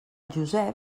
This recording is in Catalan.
josep